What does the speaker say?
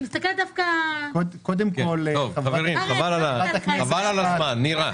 חבל על הזמן, נירה.